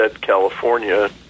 California